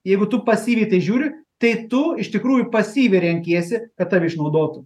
jeigu tu pasyviai į tai žiūri tai tu iš tikrųjų pasyviai renkiesi kad tave išnaudotų